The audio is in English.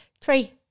Three